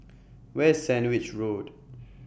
Where IS Sandwich Road